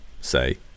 say